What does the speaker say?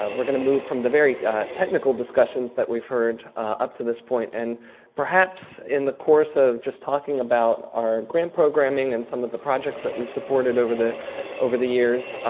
ah we're going to move from the very technical discussions that we've heard, up to this point. and perhaps in the course of just talking about our grant programming and some of the projects that we've supported over the over the years,